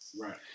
Right